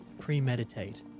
Premeditate